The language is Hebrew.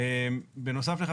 בנוסף לכך,